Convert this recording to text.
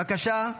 בבקשה.